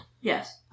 Yes